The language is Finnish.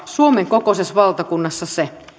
suomen kokoisessa valtakunnassa mahdollista se